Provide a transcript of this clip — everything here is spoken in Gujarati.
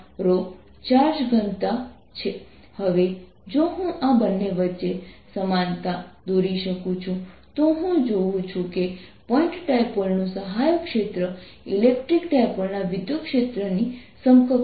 E0 So H ≡E હવે જો હું આ બંને વચ્ચે સમાનતા દોરી શકું છું તો હું જોઉં છું કે પોઇન્ટ ડાયપોલનું સહાયક ક્ષેત્ર ઇલેક્ટ્રિક ડાયપોલના વિદ્યુત ક્ષેત્રની સમકક્ષ છે